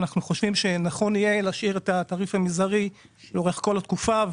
אנחנו חושבים שיהיה נכון להשאיר את התעריף המזערי לאורך כל התקופה,